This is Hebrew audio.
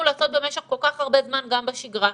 לעשות במשך כל כך הרבה זמן גם בשגרה.